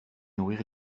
nourrir